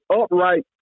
upright